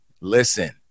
listen